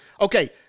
okay